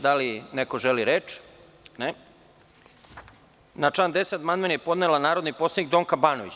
Da li neko želi reč? (Ne) Na član 10. amandman je podnela narodni poslanik Donka Banović.